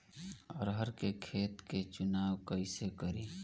अरहर के खेत के चुनाव कईसे करी?